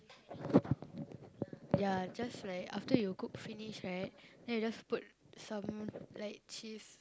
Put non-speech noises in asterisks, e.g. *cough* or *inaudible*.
*noise* ya just like after you cook finish right then you just put some like cheese